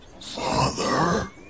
Father